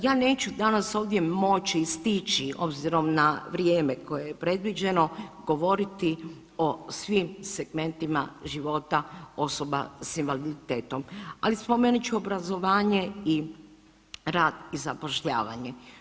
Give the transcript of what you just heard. Ja neću danas ovdje moći i stići obzirom na vrijeme koje je predviđeno govoriti o svim segmentima života osoba s invaliditetom, ali spomenut ću obrazovanje i rad i zapošljavanje.